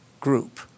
group